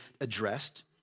addressed